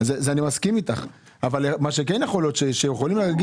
מה שהם כן יכולים להגיד,